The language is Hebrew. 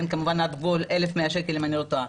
כמובן עד גבול של 1,100 שקל אם אני לא טועה.